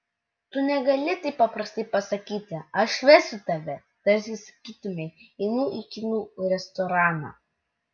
tu negali taip paprastai pasakyti aš vesiu tave tarsi sakytumei einu į kinų restoraną